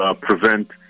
prevent